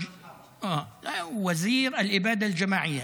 --- (אומר דברים בשפה הערבית,